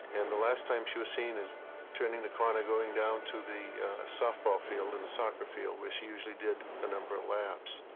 and the last time she was seen is turning the corner going down to the soft ball field and the soccer field where she usually did a number of laps.